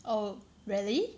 oh really